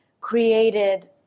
created